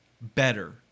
better